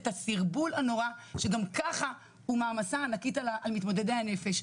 את הסרבול הנורא שגם ככה הוא מעמסה ענקית על מתמודדי הנפש,